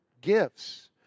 gifts